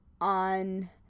on